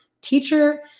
teacher